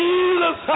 Jesus